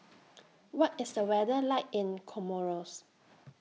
What IS The weather like in Comoros